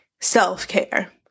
self-care